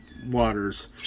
Waters